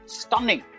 stunning